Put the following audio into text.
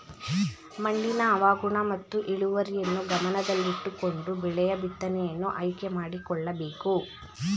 ಮಣ್ಣಿನ ಹವಾಗುಣ ಮತ್ತು ಇಳುವರಿಯನ್ನು ಗಮನದಲ್ಲಿಟ್ಟುಕೊಂಡು ಬೆಳೆಯ ಬಿತ್ತನೆಯನ್ನು ಆಯ್ಕೆ ಮಾಡಿಕೊಳ್ಳಬೇಕು